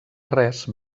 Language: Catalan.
res